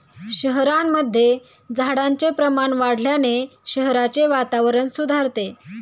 शहरांमध्ये झाडांचे प्रमाण वाढवल्याने शहराचे वातावरण सुधारते